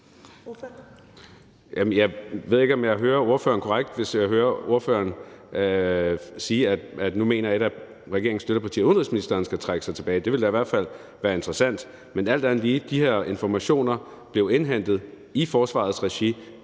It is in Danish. Jeg ved ikke, om jeg hører ordføreren korrekt, hvis jeg hører ordføreren sige, at nu mener et af regeringens støttepartier, at udenrigsministeren skal trække sig tilbage. Det ville da i hvert fald være interessant. Men alt andet lige blev de her informationer indhentet i forsvarets regi